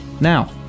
now